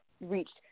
reached